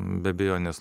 be abejonės